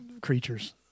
creatures